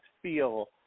feel